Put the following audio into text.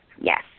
Yes